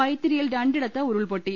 വൈത്തിരിയിൽ രണ്ടിടത്ത് ഉരുൾപൊട്ടി